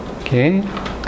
okay